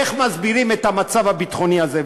איך מסבירים המצב הביטחוני הזה?